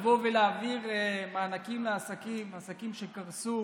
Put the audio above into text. לבוא ולהעביר מענקים לעסקים, עסקים שקרסו.